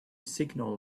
signal